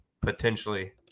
potentially